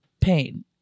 pain